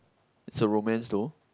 is a romance though